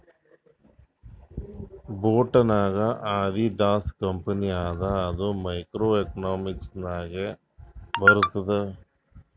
boat ನಾಗ್ Adidas company ಅದ ಅದು ಮೈಕ್ರೋ ಎಕನಾಮಿಕ್ಸ್ ನಾಗೆ ಬರ್ತುದ್